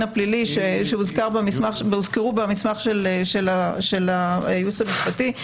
הפלילי שהוזכרו במסמך של הייעוץ המשפטי.